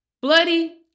bloody